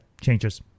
changes